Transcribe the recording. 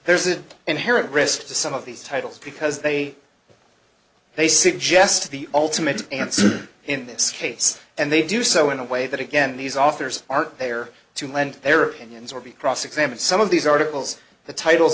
there's an inherent risk to some of these titles because they are they suggested the ultimate answer in this case and they do so in a way that again these authors are there to lend their opinions or be cross examined some of these articles the titles